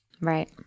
Right